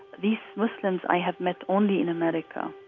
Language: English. these muslims i have met only in america.